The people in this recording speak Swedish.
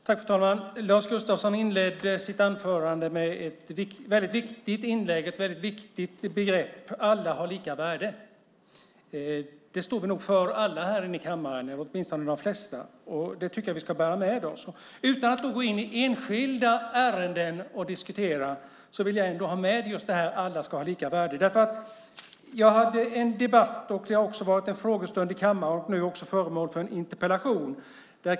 Fru talman! Lars Gustafsson inledde sitt anförande med ett viktigt begrepp, nämligen att alla har lika värde. Det står vi nog alla i kammaren för, åtminstone de flesta, och det tycker jag att vi ska bära med oss. Utan att gå in och diskutera enskilda ärenden vill jag ändå ha med detta att alla ska ha lika värde. Jag hade en debatt om det. Frågan har även tagits upp i en frågestund i kammaren och är nu föremål för en interpellation.